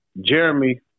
Jeremy